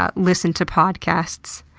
ah, listen to podcasts.